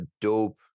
dope